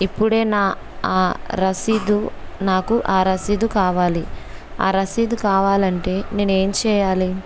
ఇప్పుడే నా ఆ రసీదు నాకు ఆ రసీదు కావాలి ఆ రసీదు కావాలంటే నేను ఏం చేయాలి